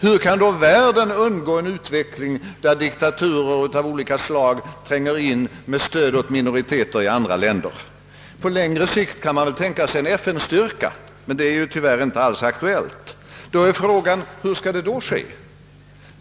Hur kan då världen undgå en utveckling, där diktatur av olika slag tränger in för att ge stöd åt minoriteter i andra länder? På längre sikt kan man väl tänka sig en FN-styrka, men detta är tyvärr inte alls aktuellt. Då är frågan: Hur skall detta ske?